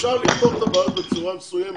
אפשר לפתור את הבעיות בצורה מסוימת,